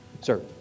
Sir